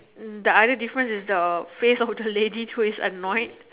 mm the other difference is the face of the lady who is annoyed